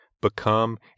become